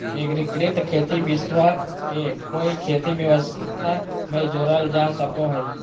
एग्रिकृत खेती विश्व के कोई खेती व्यवस्था में जोड़ल जा सको हइ